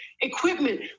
equipment